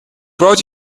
brought